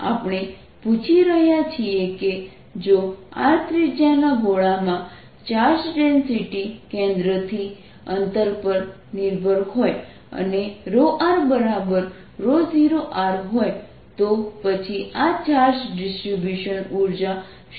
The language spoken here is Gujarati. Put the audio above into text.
આપણે પૂછી રહ્યા છીએ કે જો R ત્રિજ્યાના ગોળા માં ચાર્જ ડેન્સિટી કેન્દ્રથી અંતર પર નિર્ભર હોય અને r0r હોય તો પછી આ ચાર્જ ડિસ્ટ્રિબ્યુશન ઉર્જા શું હશે